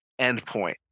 endpoint